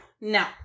No